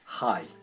Hi